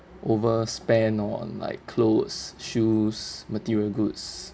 overspend on like clothes shoes material goods